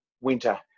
winter